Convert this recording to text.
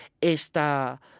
esta